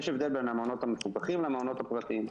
יש הבדל בין המעונות המפוקחים למעונות הפרטיים.